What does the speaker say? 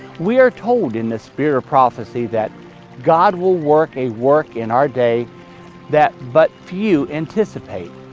we are told in the spirit of prophecy that god will work a work in our day that but few anticipate.